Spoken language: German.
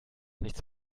nichts